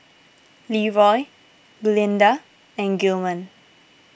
Leeroy Glynda and Gilman